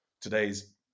today's